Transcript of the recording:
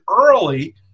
early